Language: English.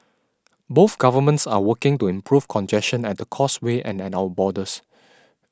both governments are working to improve congestion at the Causeway and at our borders